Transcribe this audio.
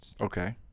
Okay